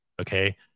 Okay